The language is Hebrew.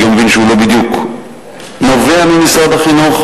אני גם מבין שהוא לא בדיוק נובע ממשרד החינוך,